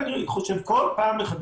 בדיון לקראת הצעת החוק אנחנו נרחיב בהיבטים